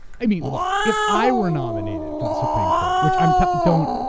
i mean, look, if i were nominated for the supreme court, which i'm telling, don't.